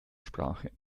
sprache